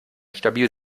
stabil